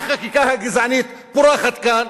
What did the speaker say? החקיקה הגזענית פורחת כאן.